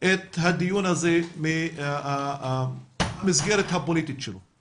את הדיון הזה מהמסגרת הפוליטית שלו,